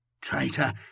Traitor